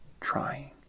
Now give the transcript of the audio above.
trying